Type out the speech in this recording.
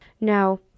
now